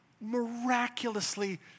miraculously